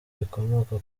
bikomoka